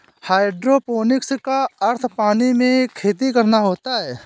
hydroponic का अर्थ पानी में खेती करना होता है